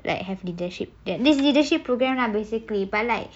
they have leadership this leadership program lah basically but like